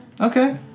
Okay